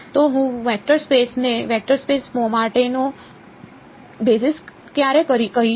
તો હું વેક્ટરના સેટ ને વેક્ટર સ્પેસ માટેનો બેસિસ ક્યારે કહીશ